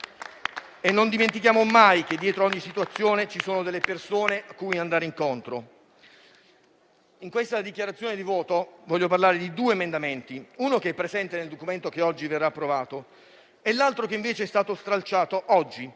non dimentichiamo mai che dietro a ogni situazione ci sono delle persone cui andare incontro. In questa dichiarazione di voto voglio parlare di due emendamenti: uno è presente nel documento che oggi verrà approvato, e l'altro è stato invece stralciato oggi,